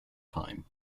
time